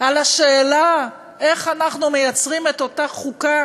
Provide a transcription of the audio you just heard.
על השאלה איך אנחנו יוצרים את אותה חוקה